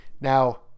Now